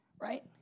right